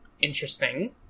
interesting